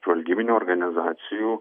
žvalgybinių organizacijų